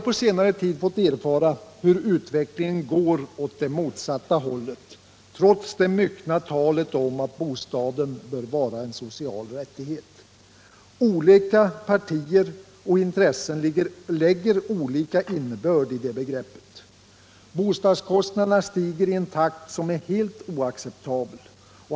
På senare tid har vi fått erfara hur utvecklingen går åt det motsatta hållet trots det myckna talet om att bostäderna bör vara en social rättighet. Olika partier och intressen lägger olika innebörd i det begreppet. Bostadskostnaderna stiger i en takt som är helt oacceptabel.